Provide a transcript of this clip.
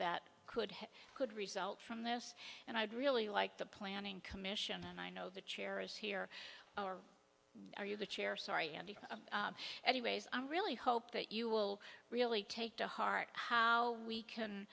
that could have could result from this and i'd really like the planning commission and i know the chair is here are you the chair sorry andy anyways i really hope that you will really take to heart how we can